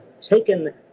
taken